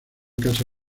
casa